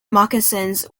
moccasins